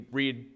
read